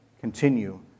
continue